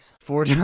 Four